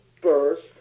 first